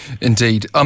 Indeed